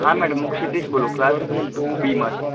હા મેડમ હું ક્ષિતિજ બોલું ક્લાસ ટુ બીમાંથી